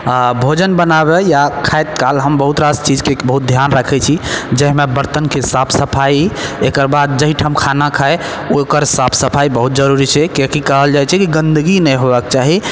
भोजन बनाबै या खाइत काल हम बहुत रास चीजके बहुत धियान राखै छी जाहिमे बर्तनके साफ सफाइ एकर बाद जहिठाम खाना खाइ ओकर साफ सफाइ बहुत जरूरी छै कियाकि कहल जाइ छै कि गन्दगी नहि हेबाक चाही